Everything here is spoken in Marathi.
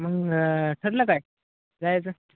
मग ठरलं काय जायचं